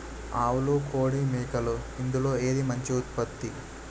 ఆవులు కోడి మేకలు ఇందులో ఏది మంచి ఉత్పత్తి?